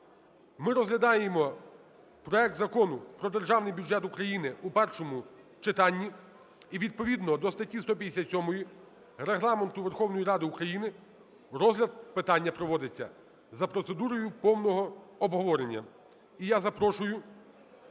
ми розглядаємо проект Закону про Державний бюджет України у першому читанні, і відповідно до статті 157 Регламенту Верховної Ради України розгляд питання проводиться за процедурою повного обговорення.